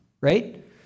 right